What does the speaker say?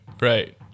right